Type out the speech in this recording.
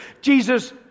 Jesus